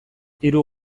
hiru